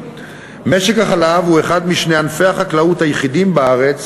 משק החלב הוא אחד משני ענפי החקלאות היחידים בארץ